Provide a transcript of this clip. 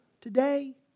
today